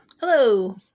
Hello